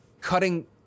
cutting